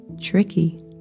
tricky